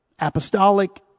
apostolic